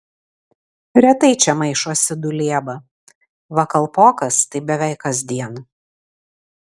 retai čia maišosi dulieba va kalpokas tai beveik kasdien